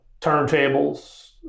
turntables